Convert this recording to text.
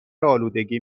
آلودگی